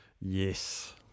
Yes